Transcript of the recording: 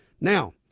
Now